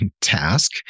task